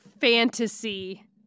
fantasy